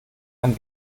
kann